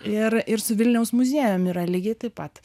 ir ir su vilniaus muziejum yra lygiai taip pat